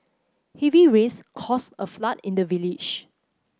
heavy rains caused a flood in the village